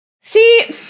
See